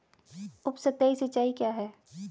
उपसतही सिंचाई क्या है?